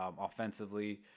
offensively